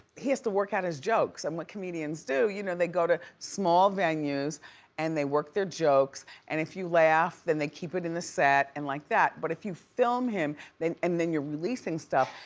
he has to work out his jokes and what comedians do, you know, they go to small venues and they work their jokes and if you laugh then they keep it in the set and like that, but if you film him and then you're releasing stuff,